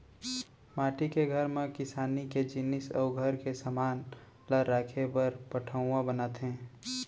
माटी के घर म किसानी के जिनिस अउ घर के समान ल राखे बर पटउहॉं बनाथे